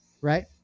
right